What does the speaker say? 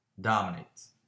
Dominates